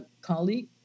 colleague